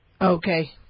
Okay